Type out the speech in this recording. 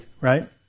right